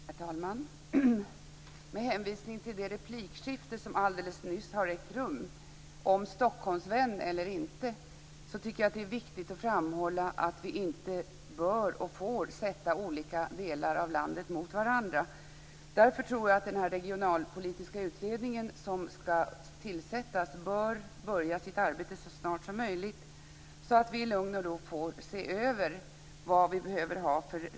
Herr talman! Med hänvisning till det replikskifte som ägde rum alldeles nyss i ämnet "Stockholmsvän eller inte?" tycker jag att det är viktigt att framhålla att vi inte får och bör ställa olika delar av landet mot varandra. Därför tror jag att den regionalpolitiska utredning som skall tillsättas bör börja sitt arbete så snart som möjligt, så att vi i lugn och ro får se över vilka regler vi behöver ha.